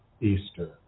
Easter